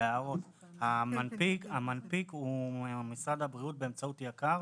המנפיק הוא משרד הבריאות באמצעות יק"ר,